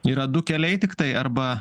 yra du keliai tiktai arba